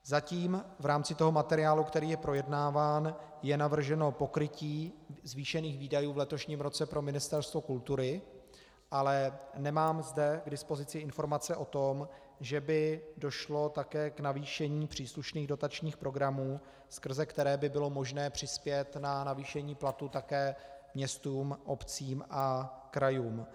Zatím v rámci materiálu, který je projednáván, je navrženo pokrytí zvýšených výdajů v letošním roce pro Ministerstvo kultury, ale nemám zde k dispozici informace o tom, že by došlo také k navýšení příslušných dotačních programů, skrze které by bylo možné přispět na navýšení platů také městům, obcím a krajům.